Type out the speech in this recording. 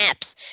apps